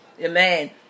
Amen